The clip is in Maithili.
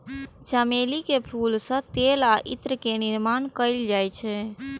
चमेली के फूल सं तेल आ इत्र के निर्माण कैल जाइ छै